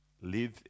live